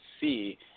see